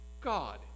God